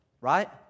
right